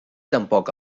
tampoc